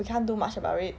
we can't do much about it